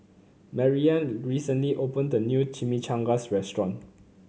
Mariann recently opened a new Chimichangas Restaurant